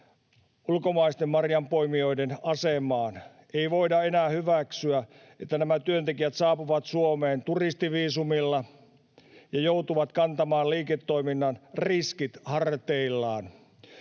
ulkomaisten marjanpoimijoiden asemaan. Ei voida enää hyväksyä, että nämä työntekijät saapuvat Suomeen turistiviisumilla ja joutuvat kantamaan liiketoiminnan riskit harteillaan.